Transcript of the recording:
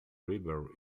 river